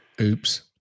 Oops